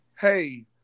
hey